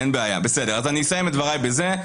אני אסיים את דבריי בזה.